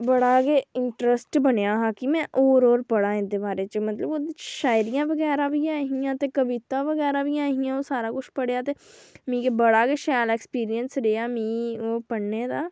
बड़ा गै इंटरेस्ट बनेआ हा कि में होर पढां एह्दे बारे च मतलब शायरी बगैरा बी ही एह्दे च ते कविता बगैरा बी हियां मिगी बड़ा गै शैल एक्सपीरियंस रेहा पढ़ने दा